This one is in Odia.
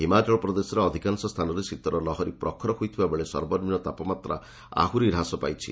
ହିମାଚଳ ପ୍ରଦେଶର ଅଧିକାଂଶ ସ୍ଥାନରେ ଶୀତର ଲହରୀ ପ୍ରଖର ହୋଇଥିବା ବେଳେ ସର୍ବନିମ୍ନ ତାପମାତ୍ରା ଆହୁରି ହ୍ରାସ ଘଟିଛି